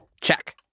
Check